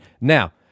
Now